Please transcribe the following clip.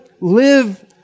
live